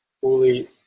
fully